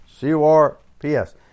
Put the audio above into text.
C-O-R-P-S